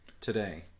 today